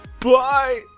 Bye